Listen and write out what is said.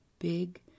Big